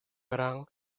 gran